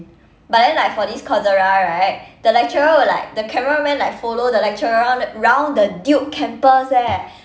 but then like for this coursera right the lecturer will like the camera man like follow the lecturer round the duke campus eh